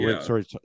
Sorry